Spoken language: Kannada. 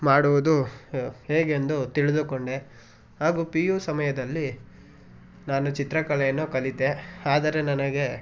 ಮಾಡುವುದು ಹೇಗೆಂದು ತಿಳಿದುಕೊಂಡೆ ಹಾಗೂ ಪಿ ಯು ಸಮಯದಲ್ಲಿ ನಾನು ಚಿತ್ರಕಲೆಯನ್ನು ಕಲಿತೆ ಆದರೆ ನನಗೆ